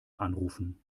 anrufen